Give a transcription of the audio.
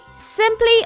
Simply